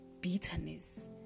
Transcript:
bitterness